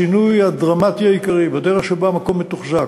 השינוי הדרמטי העיקרי הוא בדרך שבה המקום מתוחזק,